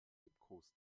liebkoste